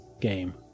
game